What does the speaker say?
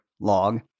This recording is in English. log